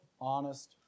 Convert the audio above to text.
Honest